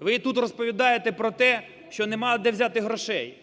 Ви тут розповідаєте про те, що нема де взяти грошей,